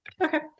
Okay